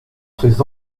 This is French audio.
ces